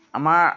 আমাৰ